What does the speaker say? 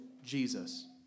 Jesus